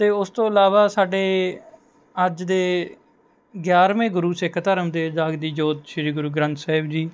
ਅਤੇ ਉਸ ਤੋਂ ਇਲਾਵਾ ਸਾਡੇ ਅੱਜ ਦੇ ਗਿਆਰ੍ਹਵੇਂ ਗੁਰੂ ਸਿੱਖ ਧਰਮ ਦੇ ਜੱਗਦੀ ਜੋਤ ਸ੍ਰੀ ਗੁਰੂ ਗ੍ਰੰਥ ਸਾਹਿਬ ਜੀ